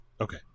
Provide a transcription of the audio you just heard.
Okay